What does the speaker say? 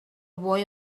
boy